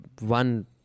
one